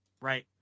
right